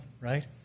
right